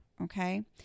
Okay